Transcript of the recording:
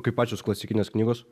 kaip pačios klasikinės knygos